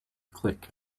click